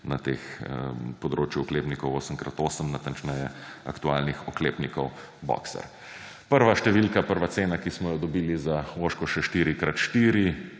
na področju oklepnikov 8 krat 8; natančneje, aktualnih oklepnikov boxer. Prva številka, prva cena, ki smo jo dobili za oshkoshe 4